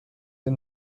این